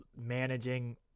managing